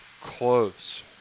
close